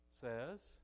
Says